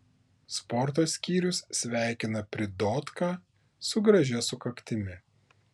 sporto skyrius sveikina pridotką su gražia sukaktimi